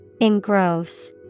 Engross